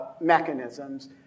mechanisms